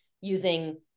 using